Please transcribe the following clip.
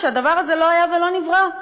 הדבר הזה לא היה ולא נברא,